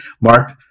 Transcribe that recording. mark